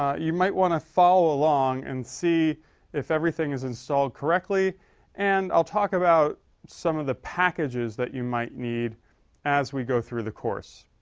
ah you might want to follow along and see if everything is installed correctly and i'll talk about some of the packages that you might need as we go through the course